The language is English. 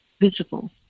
visible